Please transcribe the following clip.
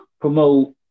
promote